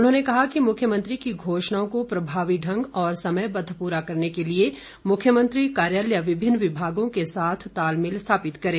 उन्होंने कहा कि मुख्यमंत्री की घोषणोओं को प्रभावी ढंग और समयवद्व पूरा करने के लिए मुख्यमंत्री कार्यालय विभिन्न विभागों के साथ तालमेल स्थापित करें